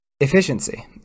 efficiency